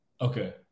Okay